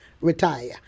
retire